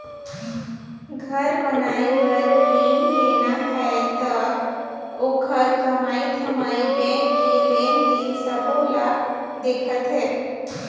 घर बनाए बर रिन लेना हे त ओखर कमई धमई बैंक के लेन देन सबो ल देखथें